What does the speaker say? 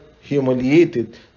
humiliated